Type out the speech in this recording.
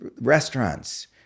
restaurants